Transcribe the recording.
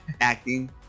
acting